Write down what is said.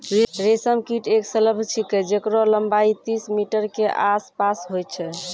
रेशम कीट एक सलभ छिकै जेकरो लम्बाई तीस मीटर के आसपास होय छै